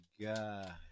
god